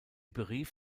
berief